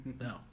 No